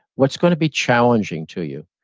what's gonna be challenging to you?